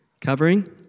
covering